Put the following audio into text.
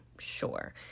sure